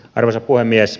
arvoisa puhemies